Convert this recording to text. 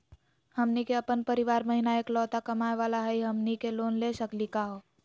हमनी के अपन परीवार महिना एकलौता कमावे वाला हई, हमनी के लोन ले सकली का हो?